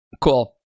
Cool